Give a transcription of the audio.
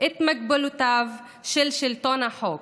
את מגבלותיו של שלטון החוק.